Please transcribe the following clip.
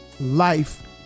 life